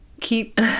keep